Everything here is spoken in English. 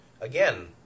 Again